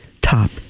top